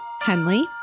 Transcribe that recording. Henley